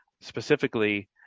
specifically